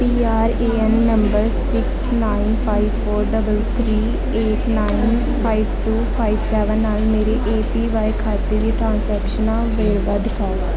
P R A N number six nine five four double three eight nine five two five seven ਨਾਲ ਮੇਰੇ A P Y ਖਾਤੇ ਦੀ ਟ੍ਰਾਂਸੈਕਸ਼ਨਾਂ ਵੇਰਵਾ ਦਿਖਾਓ